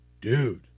dude